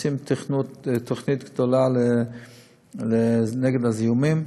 ועושים תוכנית גדולה נגד הזיהומים.